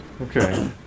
Okay